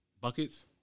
Buckets